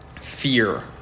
fear